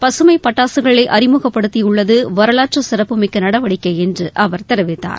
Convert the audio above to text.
பசுமை பட்டாசுகளை அறிமுகப்படுத்தியுள்ளது வரவாற்று சிறப்புமிக்க நடவடிக்கை என்று அவர் கெரிவிக்கார்